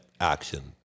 action